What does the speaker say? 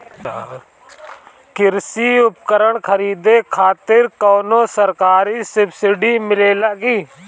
कृषी उपकरण खरीदे खातिर कउनो सरकारी सब्सीडी मिलेला की?